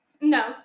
No